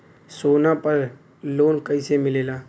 सोना पर loan कइसे मिलेला?